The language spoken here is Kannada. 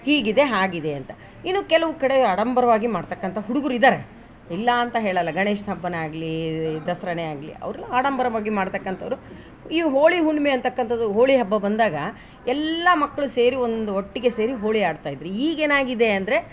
ಹೀಗಿದೆ ಹಾಗಿದೆ ಅಂತ ಇನ್ನು ಕೆಲವು ಕಡೆ ಆಡಂಬರವಾಗಿ ಮಾಡ್ತಕಂಥ ಹುಡುಗರು ಇದಾರೆ ಇಲ್ಲ ಅಂತ ಹೇಳೋಲ್ಲ ಗಣೇಶನ ಹಬ್ಬನೆ ಆಗಲಿ ದಸರಾನೇ ಆಗಲಿ ಅವರೆಲ್ಲ ಆಡಂಬರವಾಗಿ ಮಾಡ್ತಕ್ಕಂಥವ್ರು ಈ ಹೋಳಿ ಹುಣ್ಣಿಮೆ ಅಂತಕಂಥದ್ದು ಹೋಳಿ ಹಬ್ಬ ಬಂದಾಗ ಎಲ್ಲ ಮಕ್ಕಳು ಸೇರಿ ಒಂದು ಒಟ್ಟಿಗೆ ಸೇರಿ ಹೋಳಿ ಆಡ್ತಾ ಇದ್ರು ಈಗ ಏನಾಗಿದೆ ಅಂದರೆ